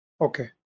okay